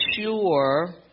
sure